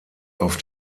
auf